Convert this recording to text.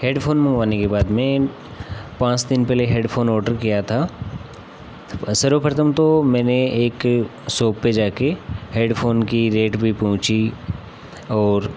headphone मँगवाने के बाद में पाँच दिन पहले हेडफ़ोन ऑडर किया था सर्वप्रथम तो मैंने एक सॉप पर जाकर हेडफ़ोन की रेट भी पूछा और